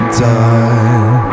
die